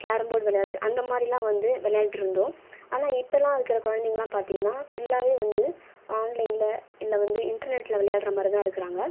carrom board விளையாடுகிறது அந்த மாதிரிலாம் வந்து விளையாண்டுகிட்டு இருந்தோம் ஆனால் இப்பெல்லாம் இருக்கிற குழந்தைங்கலாம் பார்த்தீங்கன்னா ஃபுல்லாகவே வந்து ஆன்லைனில் இல்லை வந்து இன்டர்நெட்டில் விளையாடுகிற மாதிரிதான் இருக்கிறாங்க